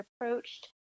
approached